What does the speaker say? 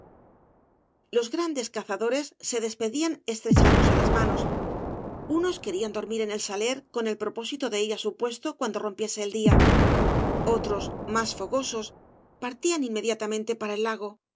los grandes cazadores se despedían estrechándose las manos unos querían dormir en el saler con el propósito de ir á su puesto cuando rompiese el día otros más fogosos partían inmediatamente para el lago